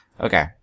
okay